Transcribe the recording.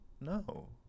no